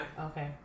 Okay